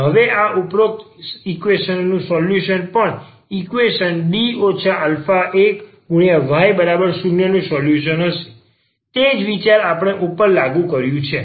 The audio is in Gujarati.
હવે આ ઉપરોક્ત ઈક્વેશન નું સોલ્યુશન પણ આ ઈક્વેશન y0નું સોલ્યુશન હશે તે જ વિચાર જે આપણે ઉપર લાગુ કર્યું છે